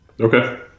Okay